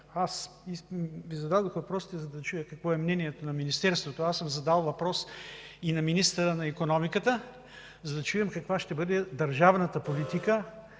Аз Ви зададох въпросите, за да чуя какво е мнението на Министерството. Аз съм задал въпрос и на министъра на икономиката, за да чуем каква ще бъде държавната политика.